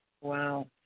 Wow